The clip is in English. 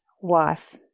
wife